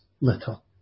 little